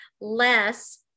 less